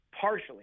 Partially